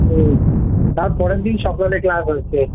হুম তার পরের দিন সকালে ক্লাস আছে